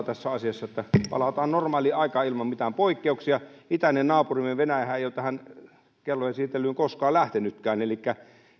tässä asiassa että palataan normaaliaikaan ilman mitään poikkeuksia itäinen naapurimme venäjähän ei ole tähän kellojen siirtelyyn koskaan lähtenytkään elikkä